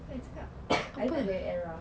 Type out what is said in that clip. apa nak cakap I tak ada era